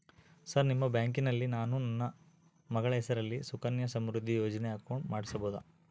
Sir ನಿಮ್ಮ ಬ್ಯಾಂಕಿನಲ್ಲಿ ನಾನು ನನ್ನ ಮಗಳ ಹೆಸರಲ್ಲಿ ಸುಕನ್ಯಾ ಸಮೃದ್ಧಿ ಯೋಜನೆ ಅಕೌಂಟ್ ಮಾಡಿಸಬಹುದಾ?